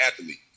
athlete